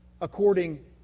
according